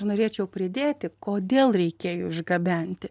norėčiau pridėti kodėl reikėjo išgabenti